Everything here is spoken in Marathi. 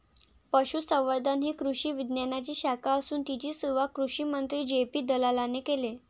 पशुसंवर्धन ही कृषी विज्ञानाची शाखा असून तिची सुरुवात कृषिमंत्री जे.पी दलालाने केले